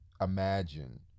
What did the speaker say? imagine